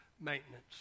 maintenance